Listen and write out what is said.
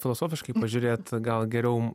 filosofiškai pažiūrėt gal geriau